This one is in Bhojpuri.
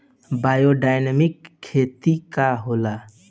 बायोडायनमिक खेती का होला?